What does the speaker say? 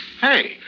Hey